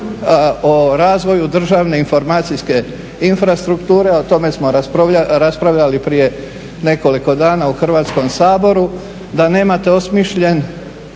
o razvoju državne informacijske infrastrukture, o tome smo raspravljali prije nekoliko dana u Hrvatskom saboru da nemate osmišljen